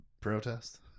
protest